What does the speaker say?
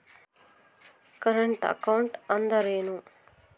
Current account ಅಂದರೇನು?